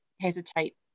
hesitate